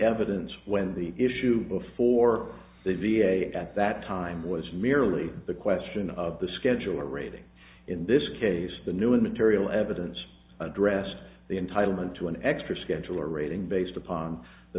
evidence when the issue before the v a at that time was merely the question of the schedule or rating in this case the new material evidence addressed the entitlement to an extra schedule or rating based upon the